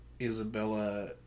Isabella